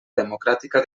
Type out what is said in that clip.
democràtica